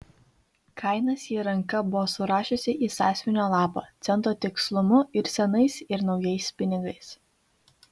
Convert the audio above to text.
kainas ji ranka buvo surašiusi į sąsiuvinio lapą cento tikslumu ir senais ir naujais pinigais